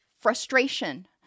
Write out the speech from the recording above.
frustration